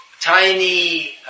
tiny